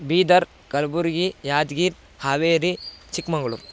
Bidar Kalaburagi Yadgir Haveri Chikmagalur